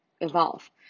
evolve